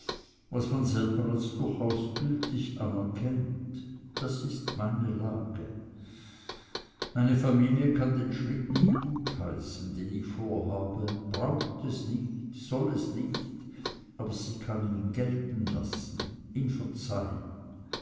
was man selber als durchaus gültig anerkennt das ist meine lage meine familie kann den schritt nie gutheißen den ich vorhabe braucht es nicht soll es nicht aber sie kann ihn gelten lassen ihn verzeihn